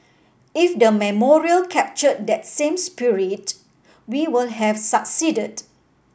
if the memorial captured that same spirit we will have succeeded